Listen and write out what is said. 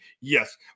Yes